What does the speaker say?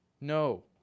No